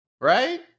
Right